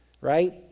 right